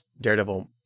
daredevil